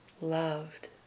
loved